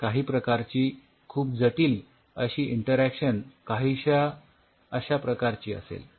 यात काही प्रकारची खूप जटिल अशी इंटरॅक्शन जी काहीश्या अश्या प्रकारची असेल